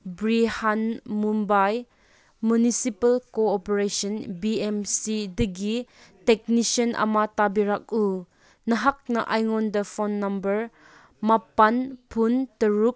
Brihan Mumbai municipal corporation B M ꯁꯤꯗꯒꯤ technician ꯑꯃ ꯊꯥꯕꯤꯔꯛꯎ ꯅꯍꯥꯛꯅ ꯑꯩꯉꯣꯟꯗ ꯐꯣꯟ ꯅꯝꯕꯔ ꯃꯥꯄꯟ ꯐꯨꯟ ꯇꯔꯨꯛ